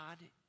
God